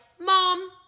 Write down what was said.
mom